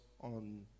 on